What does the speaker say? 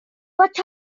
but